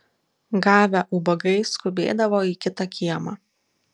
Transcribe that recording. gavę ubagai skubėdavo į kitą kiemą